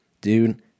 dude